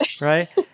right